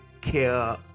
care